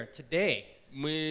today